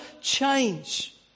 change